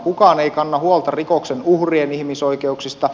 kukaan ei kanna huolta rikoksen uhrien ihmisoikeuksista